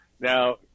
now